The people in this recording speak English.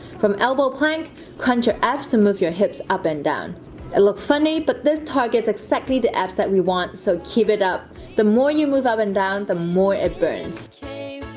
from elbow plank punch you're asked to move your hips up and down it looks funny but this targets exactly the f that we want. so keep it up the more you move up and down the more burns